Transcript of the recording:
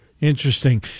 Interesting